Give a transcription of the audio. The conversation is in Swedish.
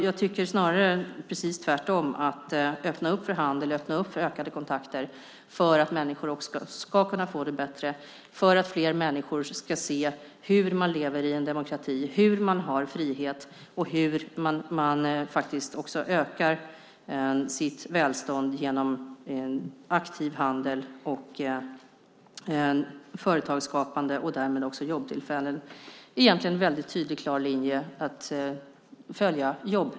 Jag tycker snarare att man ska öppna för handel och ökade kontakter för att människor ska kunna få det bättre och för att fler människor ska se hur man lever i en demokrati, hur man har frihet och hur man faktiskt också ökar sitt välstånd genom aktiv handel, företagsskapande och därmed jobbtillfällen. Jobblinjen är en tydlig linje att följa.